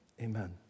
amen